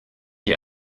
die